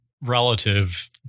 relative